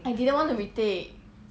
I didn't want to retake